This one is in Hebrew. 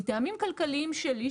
מטעמים כלכליים שלי,